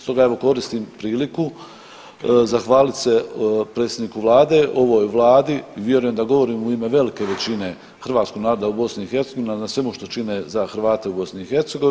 Stoga evo koristim priliku zahvalit se predsjedniku vlade, ovoj vladi i vjerujem da govorim u ime velike većine hrvatskog naroda u BiH na svemu što čine za Hrvate u BiH.